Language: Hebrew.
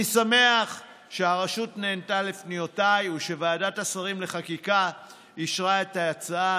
אני שמח שהרשות נענתה לפניותיי ושוועדת השרים לחקיקה אישרה את ההצעה.